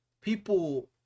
people